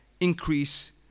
increase